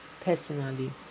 personally